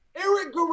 Eric